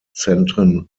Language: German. zentren